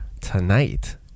tonight